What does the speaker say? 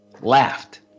laughed